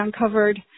uncovered